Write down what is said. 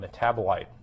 metabolite